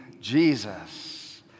Jesus